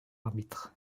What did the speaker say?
arbitre